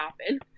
happen